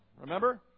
Remember